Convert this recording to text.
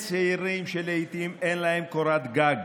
אלה צעירים שלעיתים אין להם קורת גג.